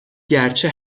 گرچه